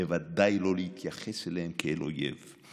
בוודאי לא להתייחס אליהם כאל אויב.